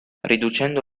riducendo